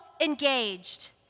engaged